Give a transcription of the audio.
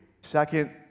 Second